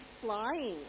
flying